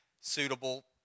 suitable